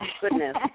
Goodness